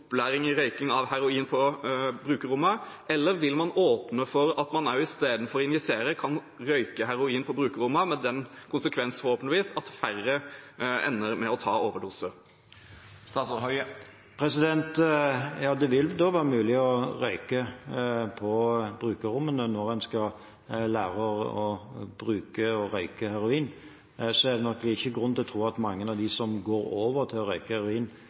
i røyking av heroin på brukerrommene, eller vil man åpne for at istedenfor å injisere kan man røyke heroin på brukerrommene, med den konsekvens, forhåpentligvis, at færre ender med å ta overdose? Ja, det vil være mulig å røyke på brukerrommene når en skal lære å bruke og røyke heroin. Så er det nok ikke grunn til å tro at mange av dem som går over til å røyke